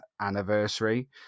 anniversary